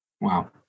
Wow